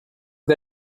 che